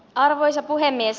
arvoisa puhemies